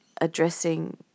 addressing